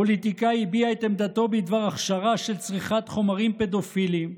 פוליטיקאי הביע את עמדתו בדבר הכשרה של צריכת חומרים פדופיליים.